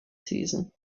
season